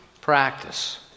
practice